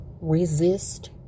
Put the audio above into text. resist